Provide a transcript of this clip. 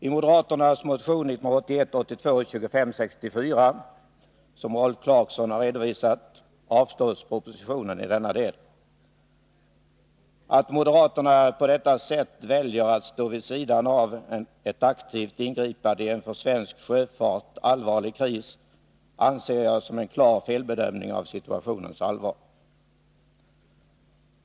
I moderaternas motion 1981/82:2564, som Rolf Clarkson har redovisat, föreslås avslag på propositionen i denna del. Att moderaterna på detta sätt väljer att stå vid sidan av ett aktivt ingripande i en för svensk sjöfart allvarlig kris anser jag som en klar felbedömning av situationens allvar.